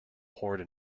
horde